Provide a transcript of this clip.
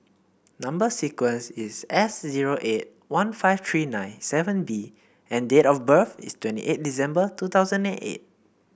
number sequence is S zero eight one five three nine seven B and date of birth is twenty eight December two thousand eight